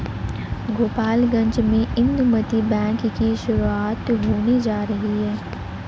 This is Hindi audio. गोपालगंज में इंदुमती बैंक की शुरुआत होने जा रही है